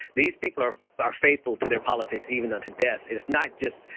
these people are are faithful to their politics even on to death. it's not just,